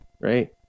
right